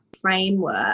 framework